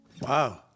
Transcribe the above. Wow